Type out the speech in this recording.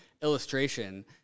illustration